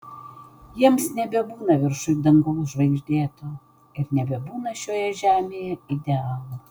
jiems nebebūna viršuj dangaus žvaigždėto ir nebebūna šioje žemėje idealo